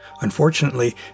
Unfortunately